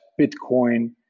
Bitcoin